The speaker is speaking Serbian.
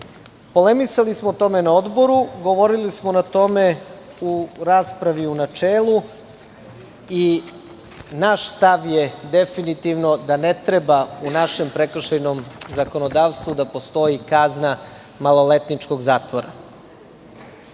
Polemisali smo o tome na odboru. Govorili smo o tome u raspravi u načelu. Naš stav je definitivno da ne treba u našem prekršajnom zakonodavstvu da postoji kazna maloletničkog zatvora. Pokušao